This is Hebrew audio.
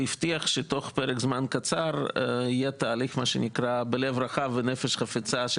והוא הבטיח שתוך פרק זמן יהיה תהליך בלב רחב ובנפש חפצה של